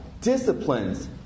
disciplines